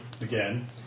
again